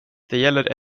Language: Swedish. gäller